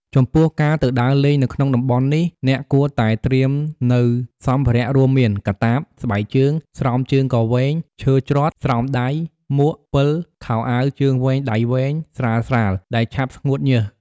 ចំពោះការទៅដើរលេងនៅក្នុងតំបន់នេះអ្នកគួរតែត្រៀមនៅសម្ភារៈរួមមាន កាតាប ស្បែកជើង ស្រោមជើងកវែង ឈើច្រត់ ស្រោមដៃ មួក ពិល ខោអាវជើងវែងដៃវែង ស្រាលៗ ដែលឆាប់ស្ងួតញើស។